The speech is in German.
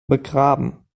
begraben